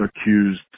accused